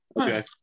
Okay